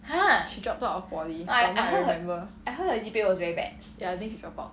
she dropped out of poly from what I remember ya think she dropped out